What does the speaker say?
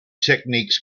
techniques